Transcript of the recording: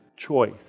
choice